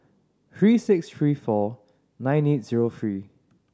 three six three four nine eight zero three